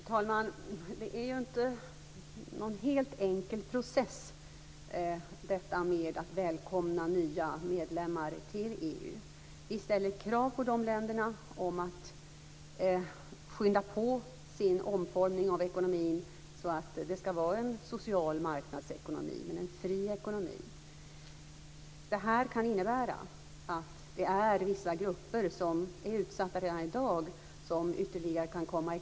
Fru talman! Det är inte en helt enkel process detta att välkomna nya medlemmar till EU. Vi ställer krav på dessa länder om att skynda på med sin omformning av ekonomin så att det blir en social marknadsekonomi, en fri ekonomi. Det kan innebära att vissa grupper som är utsatta redan i dag kan komma ytterligare i kläm.